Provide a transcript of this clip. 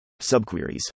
Subqueries